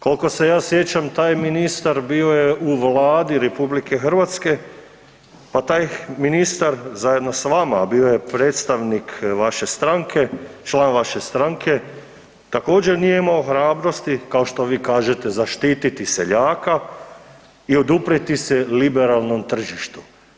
Kolko se ja sjećam taj ministar bio je u Vladi RH, pa taj ministar zajedno s vama bio je predstavnik vaše stranke, član vaše stranke, također nije imao hrabrosti, kao što vi kažete zaštiti seljaka i oduprijeti se liberalnom tržištu.